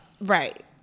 Right